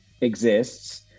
exists